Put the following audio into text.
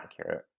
accurate